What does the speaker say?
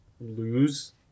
lose